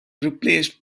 replaced